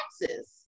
taxes